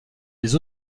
les